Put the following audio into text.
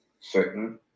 certain